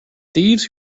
thieves